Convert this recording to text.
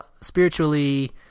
spiritually